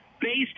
based